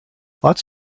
lots